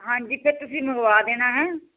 ਹਾਂਜੀ ਫਿਰ ਤੁਸੀਂ ਮੰਗਵਾ ਦੇਣਾ ਹੈ